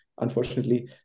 unfortunately